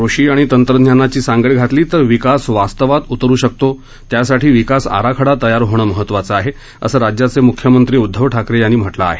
कृषी आणि तंत्रज्ञानाची सांगड घातली तर विकास वास्तवात उतरु शकतो त्यासाठी विकास आराखडा तयार होणं महत्वाचं आहे असं राज्याचे मुख्यमंत्री उदधव ठाकरे यांनी म्हटलं आहे